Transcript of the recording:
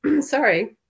sorry